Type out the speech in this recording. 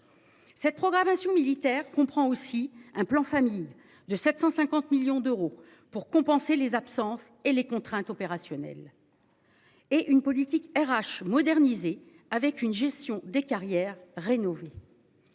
Cette programmation militaire comprend aussi un plan famille de 750 millions d'euros pour compenser les absences et les contraintes opérationnelles. Et une politique RH modernisé avec une gestion des carrières rénové.